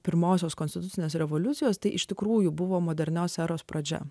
pirmosios konstitucinės revoliucijos tai iš tikrųjų buvo modernios eros pradžia